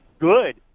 good